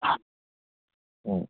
ꯎꯝ